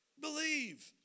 Believe